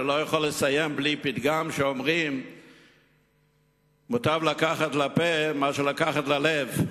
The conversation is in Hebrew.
אני לא יכול לסיים בלי הפתגם שאומר שמוטב לקחת לפה מאשר לקחת ללב.